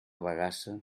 bagassa